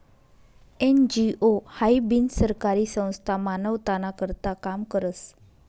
NGO हाई बिनसरकारी संस्था मानवताना करता काम करस